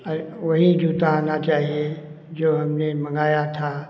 अरे वही जूता आना चाहिए जो हमने मँगाया था